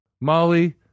Molly